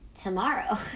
Tomorrow